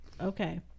okay